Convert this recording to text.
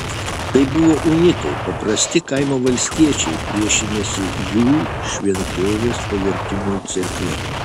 tai buvo unitai paprasti kaimo valstiečiai priešinęsi jų šventovės pavertimui cerkve